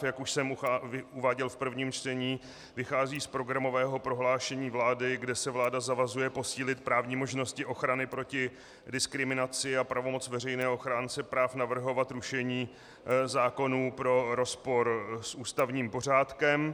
Jak už jsem uváděl v prvním čtení, vychází z programového prohlášení vlády, kde se vláda zavazuje posílit právní možnosti ochrany proti diskriminaci a pravomoc veřejného ochránce práv navrhovat rušení zákonů pro rozpor s ústavním pořádkem.